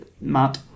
Matt